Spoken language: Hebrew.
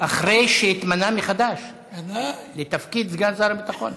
אחרי שהתמנה מחדש לתפקיד סגן שר הביטחון.